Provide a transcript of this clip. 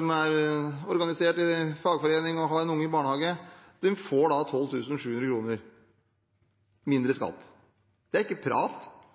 er kanskje organisert i fagforening, har en unge i barnehage og får 12 700 kr mindre i skatt. Det er ikke prat